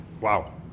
Wow